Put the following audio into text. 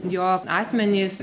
jog asmenys